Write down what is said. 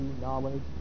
knowledge